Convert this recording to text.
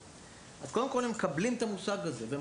הם מקבלים את המושג הזה, קודם כל.